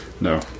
no